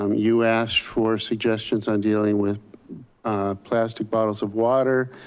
um you asked for suggestions on dealing with plastic bottles of water,